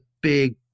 big